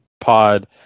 pod